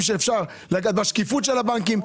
בשקיפות של הבנקים.